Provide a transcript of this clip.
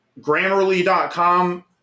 grammarly.com